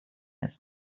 ist